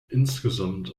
insgesamt